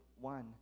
one